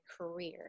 career